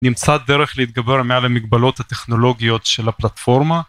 נמצאה דרך להתגבר מעל המגבלות הטכנולוגיות של הפלטפורמה.